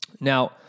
Now